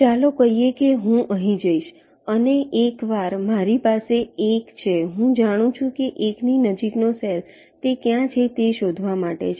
ચાલો કહીએ કે હું અહીં જઈશ અને એકવારમારી પાસે 1 છે હું જાણું છું કે 1 ની નજીકનો સેલ તે ક્યાં છે તે શોધવા માટે છે